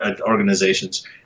organizations